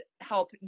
help